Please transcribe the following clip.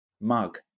mug